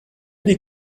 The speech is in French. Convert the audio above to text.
des